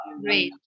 great